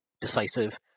decisive